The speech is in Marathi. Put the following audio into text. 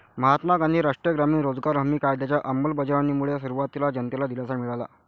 महात्मा गांधी राष्ट्रीय ग्रामीण रोजगार हमी कायद्याच्या अंमलबजावणीमुळे सुरुवातीला जनतेला दिलासा मिळाला